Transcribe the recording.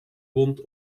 wond